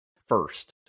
first